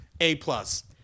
A-plus